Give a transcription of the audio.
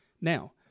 Now